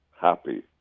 happy